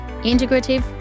integrative